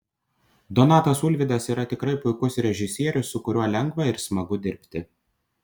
donatas ulvydas yra tikrai puikus režisierius su kuriuo lengva ir smagu dirbti